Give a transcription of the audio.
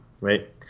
right